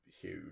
huge